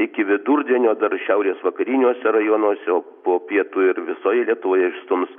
iki vidurdienio dar šiaurės vakariniuose rajonuose o po pietų ir visoje lietuvoje išstums